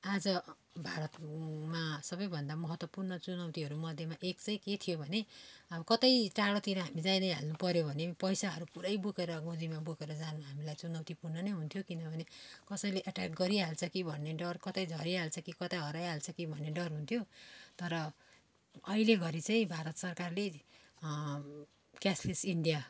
आज भारतमा सबभन्दा महत्त्वपूर्ण चुनौतीहरू मध्येमा एक चाहिँ के थियो भने अब कतै टाडोतिर हामी गइहाल्नु पऱ्यो भने पैसाहरू पुरा बोकेर गोजीमा बोकेर जानु हामीलाई चुनौतीपूर्ण नै हुन्थ्यो किनभने कसैले एट्याक गरिहाल्छ कि भन्ने डर कतै झरिहाल्छ कि कतै हराइहाल्छ कि भन्ने डर हुन्थ्यो तर अहिले घरी चाहिँ भारत सरकारले क्यास लेस इन्डिया